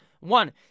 one